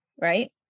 right